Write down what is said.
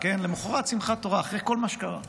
למוחרת שמחת תורה, אחרי כל מה שקרה,